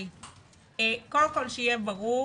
חגי, קודם כל שיהיה ברור